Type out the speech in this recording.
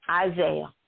Isaiah